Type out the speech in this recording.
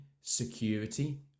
security